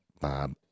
Bob